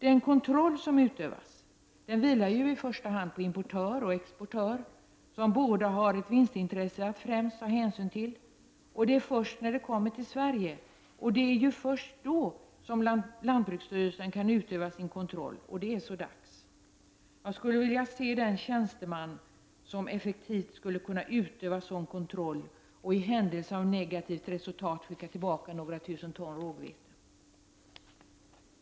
Den kontroll som utövas vilar ju i första hand på importör och exportör, som båda har ett vinstintresse att främst ta hänsyn till. Det är först när det kommer till Sverige som lantbruksstyrelsen kan utöva sin kontroll, och då är det så dags. Jag skulle vilja se den tjänsteman som effektivt skulle kunna utöva sådan kontroll och i händelse av negativt resultat skicka tillbaka några tusen ton rågvete.